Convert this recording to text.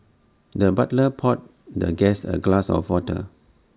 the butler poured the guest A glass of water